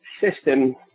system